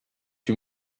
you